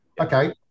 Okay